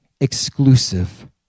exclusive